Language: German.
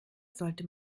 sollte